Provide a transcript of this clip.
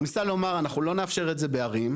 הוא ניסה לומר אנחנו לא נאפשר את זה בערים,